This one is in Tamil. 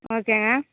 ஓகேங்க